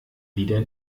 wieder